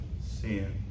sin